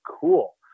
cool